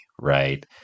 right